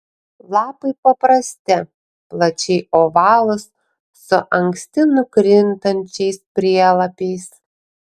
lapai paprasti plačiai ovalūs su anksti nukrintančiais prielapiais